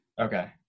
Okay